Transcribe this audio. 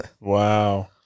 Wow